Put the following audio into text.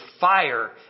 fire